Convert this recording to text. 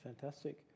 Fantastic